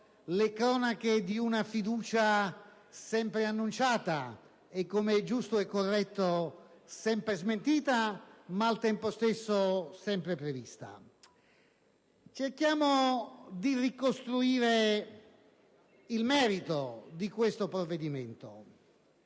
le cronache di una fiducia sempre annunciata e, come è giusto e corretto, sempre smentita, ma al tempo stesso sempre prevista. Cerchiamo di ricostruire il merito di questo provvedimento.